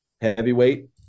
heavyweight